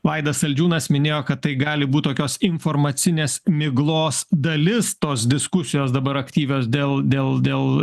vaidas saldžiūnas minėjo kad tai gali būt tokios informacinės miglos dalis tos diskusijos dabar aktyvios dėl dėl dėl